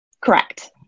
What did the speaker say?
Correct